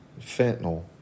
fentanyl